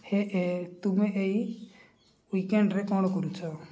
ହେ ତୁମେ ଏହି ୱିକେଣ୍ଡରେ କ'ଣ କରୁଛ